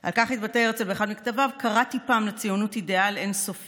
על כך התבטא הרצל באחד מכתביו: "קראתי פה לציונות אידיאל אין-סופי,